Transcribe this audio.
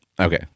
Okay